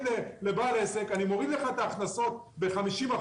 לבעל עסק: אני מוריד לך את ההכנסות ב-50%,